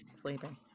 sleeping